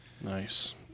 Nice